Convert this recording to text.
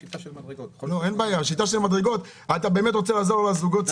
אתה באמת רוצה לעזור לזוגות צעירים?